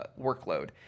workload